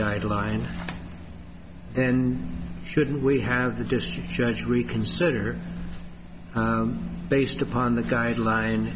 guideline and should we have the district judge reconsider based upon the guideline